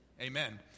Amen